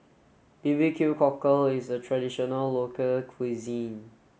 B B Q cockle is a traditional local cuisine